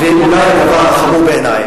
הדבר החמור בעיני,